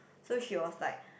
so she was like